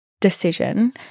decision